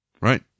Right